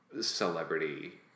celebrity